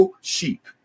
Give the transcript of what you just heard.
sheep